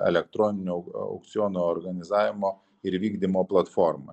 elektroninio aukciono organizavimo ir vykdymo platforma